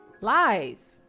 lies